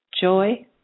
joy